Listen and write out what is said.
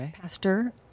Pastor